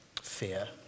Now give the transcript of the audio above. fear